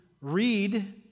read